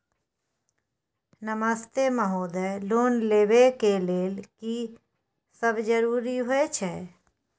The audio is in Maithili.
नमस्ते महोदय, लोन लेबै के लेल की सब जरुरी होय छै?